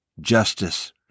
justice